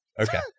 Okay